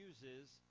uses